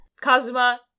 Kazuma